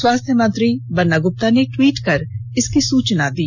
स्वास्थ्य मंत्री बन्ना गुप्ता ने टवीट कर इसकी सुचना दी